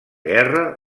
guerra